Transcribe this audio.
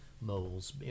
moles